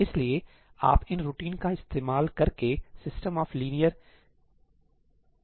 इसलिए आप इन रूटीन का इस्तेमाल करके सिस्टम ऑफ लीनियर इक्वेशन को हल कर सकते हैं